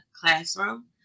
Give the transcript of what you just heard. classroom